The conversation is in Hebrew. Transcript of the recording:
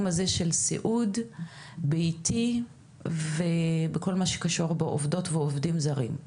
הזה של סיעוד ביתי ובכל מה שקשור בעובדות ובעובדים זרים.